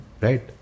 Right